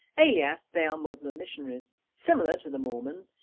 alias they are muslim missionaries similar to the mormons,